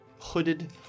hooded